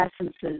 essences